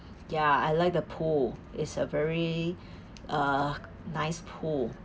ya I like the pool it's a very uh nice pool